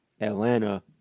Atlanta